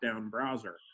browser